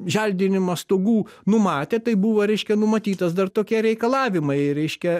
želdinimą stogų numatė tai buvo reiškia numatytas dar tokie reikalavimai reiškia